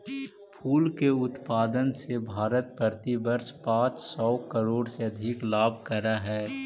फूल के उत्पादन से भारत प्रतिवर्ष पाँच सौ करोड़ से अधिक लाभ करअ हई